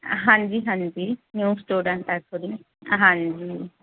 ਹਾਂਜੀ ਹਾਂਜੀ new student ਇਸ ਵਾਰੀ ਹਾਂਜੀ